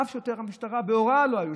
אף שוטר, המשטרה בהוראה לא הייתה